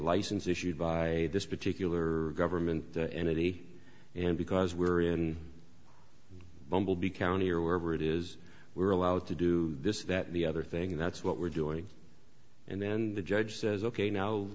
license issued by this particular government entity and because we're in bumblebee county or wherever it is we're allowed to do this that the other thing that's what we're doing and then the judge says